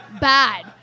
bad